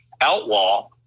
outlaw